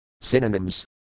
Synonyms